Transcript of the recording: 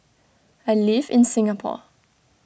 I live in Singapore